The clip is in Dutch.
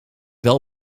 wel